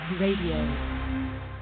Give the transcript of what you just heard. Radio